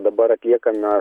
dabar atliekame